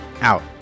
out